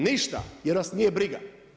Ništa jer vas nije briga.